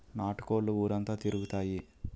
నాటు కోళ్లు ఊరంతా తిరుగుతాయి